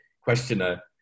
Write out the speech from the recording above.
questioner